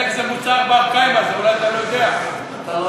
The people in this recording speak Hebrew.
אתה לא יכול.